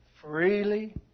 Freely